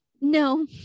no